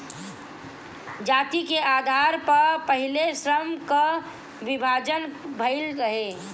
जाति के आधार पअ पहिले श्रम कअ विभाजन भइल रहे